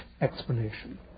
explanation